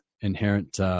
inherent